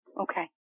Okay